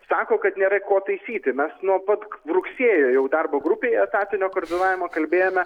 sako kad nėra ko taisyti mes nuo pat rugsėjo jau darbo grupėje etatinio koordinavimo kalbėjome